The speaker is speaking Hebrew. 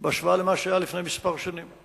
בהשוואה למה שהיה לפני כמה שנים,